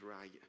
right